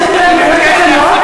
תקנות